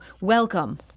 welcome